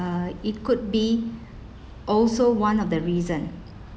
uh it could be also one of the reason